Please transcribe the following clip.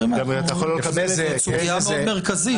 אתה יכול לא לקבל את זה --- זאת סוגיה מאוד מרכזית.